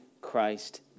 Christ